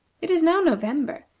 it is now november,